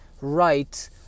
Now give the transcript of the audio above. right